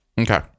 Okay